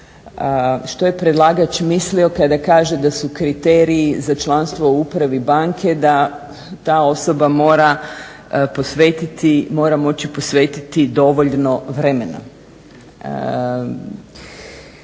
što je predlagač mislio kada kaže da su kriteriji za članstvo u upravi banke da ta osoba mora moći posvetiti dovoljno vremena.